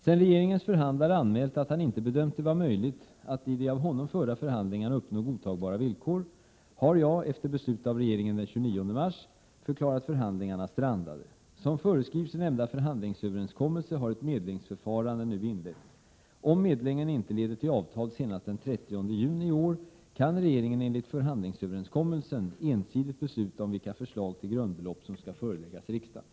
Sedan regeringens förhandlare anmält att han inte bedömt det vara möjligt att i de av honom förda förhandlingarna uppnå godtagbara villkor har jag, efter beslut av regeringen den 29 mars, förklarat förhandlingarna strandade. Som föreskrivs i nämnda förhandlingsöverenskommelse har ett medlingsförfarande nu inletts. Om medlingen inte leder till avtal senast den 30 juni i år, kan regeringen enligt förhandlingsöverenskommelsen ensidigt besluta om vilka förslag till grundbelopp som skall föreläggas riksdagen.